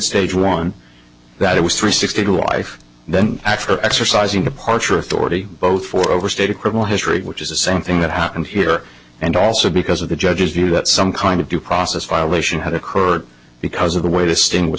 stage one that it was three sixty two wife then after exercising departure authority both for over state a criminal history which is the same thing that happened here and also because of the judge's view that some kind of due process violation had occurred because of the way to sting was